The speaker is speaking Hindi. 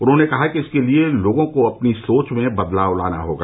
उन्होंने कहा कि इसके लिए लोगों को अपनी सोच में बदलाव लाना होगा